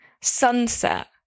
Sunset